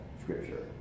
Scripture